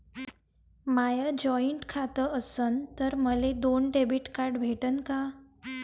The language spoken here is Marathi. माय जॉईंट खातं असन तर मले दोन डेबिट कार्ड भेटन का?